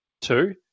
two